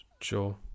sure